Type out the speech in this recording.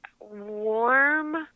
warm